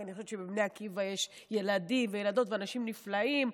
כי אני חושבת שבבני עקיבא יש ילדים וילדות ואנשים נפלאים,